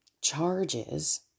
charges